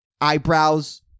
eyebrows